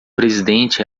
presidente